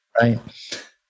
Right